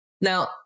Now